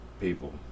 people